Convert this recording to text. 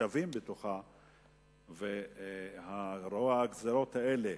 שווים בתוכה, ורוע הגזירות האלה